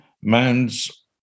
man's